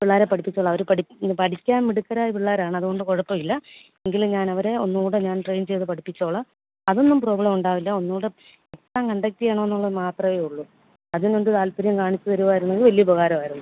പിള്ളാരെ പഠിപ്പിച്ചോളാം അവർ പഠിക്കാന് മിടുക്കരായ പിള്ളാരാണ് അതുകൊണ്ട് കുഴപ്പമില്ല എങ്കിലും ഞാന് അവരെ ഒന്നുകൂടെ ഞാന് ട്രെയിന് ചെയ്ത് പഠിപ്പിച്ചോളാം അതൊന്നും പ്രോബ്ലം ഉണ്ടാവില്ല ഒന്നുകൂടെ എക്സാം കണ്ടക്റ്റ് ചെയ്യണമെന്നുള്ളത് മാത്രമേ ഉള്ളു അതിനെന്ത് താല്പര്യം കാണിച്ചു തരുമായിരുന്നെങ്കില് വലിയ ഉപകാരമായിരുന്നു